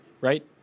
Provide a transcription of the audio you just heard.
right